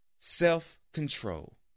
self-control